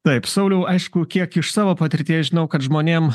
taip sauliau aišku kiek iš savo patirties žinau kad žmonėm